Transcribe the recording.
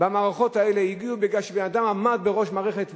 במערכות האלה הם הגיעו בגלל שהבן-אדם עמד בראש המערכת,